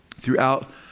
throughout